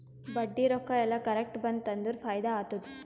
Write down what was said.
ಬಡ್ಡಿ ರೊಕ್ಕಾ ಎಲ್ಲಾ ಕರೆಕ್ಟ್ ಬಂತ್ ಅಂದುರ್ ಫೈದಾ ಆತ್ತುದ್